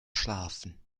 schlafen